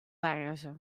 wêze